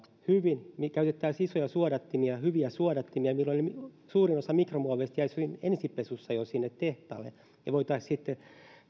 hyvin käytettäisiin isoja suodattimia hyviä suodattimia niin suurin osa mikromuoveista jäisi jo ensipesussa sinne tehtaalle ja voitaisiin sitten